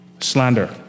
Slander